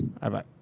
Bye-bye